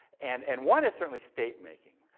and and one is certainly state-making.